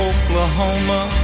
Oklahoma